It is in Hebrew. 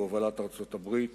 בהובלת ארצות-הברית